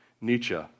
Nietzsche